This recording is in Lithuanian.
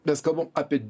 mes kalbam apie